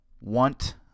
want